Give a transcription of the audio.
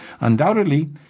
Undoubtedly